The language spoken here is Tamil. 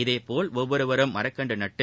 இதேபோல் ஒவ்வொருவரும் மரக்கன்று நட்டு